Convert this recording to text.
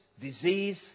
disease